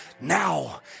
Now